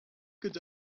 could